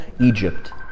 Egypt